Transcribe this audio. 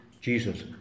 Jesus